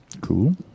Cool